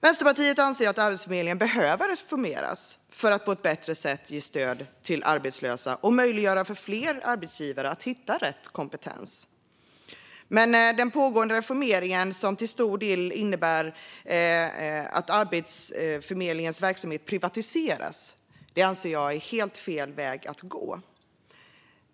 Vänsterpartiet anser att Arbetsförmedlingen behöver reformeras för att på ett bättre sätt ge stöd till arbetslösa och möjliggöra för fler arbetsgivare att hitta rätt kompetens. Jag anser dock att den pågående reformeringen, som till stor del innebär att Arbetsförmedlingens verksamhet privatiseras, är helt fel väg att gå.